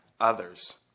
others